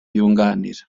yunganira